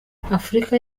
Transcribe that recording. afurika